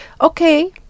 Okay